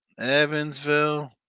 Evansville